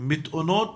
מתאונות